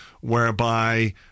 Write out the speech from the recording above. whereby